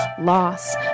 loss